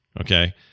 okay